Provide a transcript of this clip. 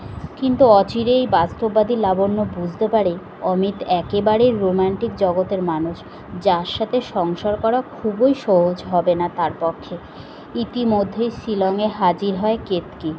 কিন্তু অচিরেই বাস্তববাদী লাবণ্য বুঝতে পারে অমিত একেবারে রোম্যান্টিক জগতের মানুষ যার সাথে সংসার করা খুবই সহজ হবে না তার পক্ষে ইতিমধ্যেই শিলংয়ে হাজির হয় কেতকী